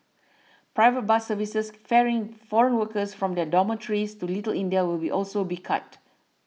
private bus services ferrying foreign workers from their dormitories to Little India will be also be cut